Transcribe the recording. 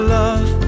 love